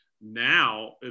Now